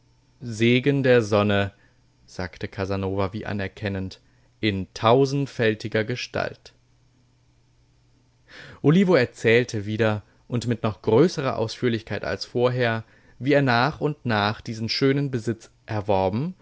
segen der sonne sagte casanova wie anerkennend in tausendfältiger gestalt olivo erzählte wieder und mit noch größerer ausführlichkeit als vorher wie er nach und nach diesen schönen besitz erworben